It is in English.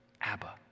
Abba